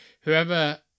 whoever